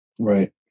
right